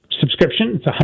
subscription